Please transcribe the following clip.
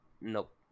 nope